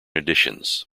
additions